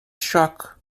shock